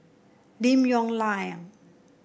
Lim Yong Liang